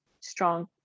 strong